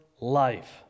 life